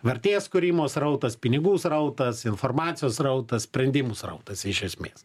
vertės kūrimo srautas pinigų srautas informacijos srautas sprendimų srautas iš esmės